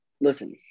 listen